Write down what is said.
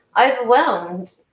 overwhelmed